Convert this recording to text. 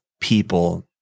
people